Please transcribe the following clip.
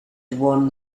one